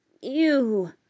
Ew